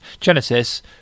Genesis